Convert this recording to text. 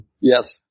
yes